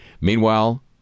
Meanwhile